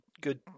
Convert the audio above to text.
good